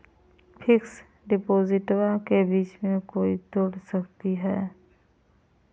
Fix डिपोजिटबा के बीच में तोड़ सकी ना?